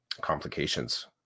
complications